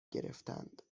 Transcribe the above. گرفتند